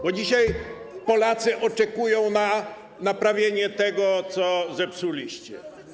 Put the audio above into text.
Bo dzisiaj Polacy czekają na naprawienie tego, co zepsuliście.